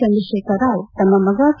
ಚಂದ್ರಶೇಖರ ರಾವ್ ತಮ್ಮ ಮಗ ಕೆ